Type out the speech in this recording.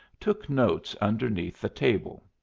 took notes underneath the table.